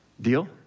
Deal